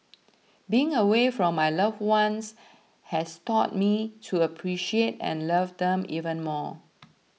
being away from my loved ones has taught me to appreciate and love them even more